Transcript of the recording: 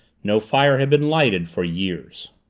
no fire had been lighted for years.